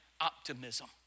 optimism